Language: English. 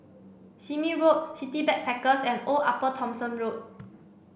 Sime Road City Backpackers and Old Upper Thomson Road